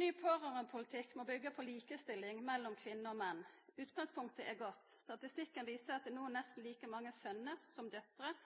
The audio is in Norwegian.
Ny pårørandepolitikk må byggja på likestilling mellom kvinner og menn. Utgangspunktet er godt. Statistikken viser at det no er nesten like mange søner som døtrer